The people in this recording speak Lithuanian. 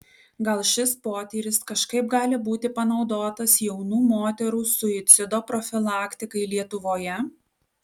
gal šis potyris kažkaip gali būti panaudotas jaunų moterų suicido profilaktikai lietuvoje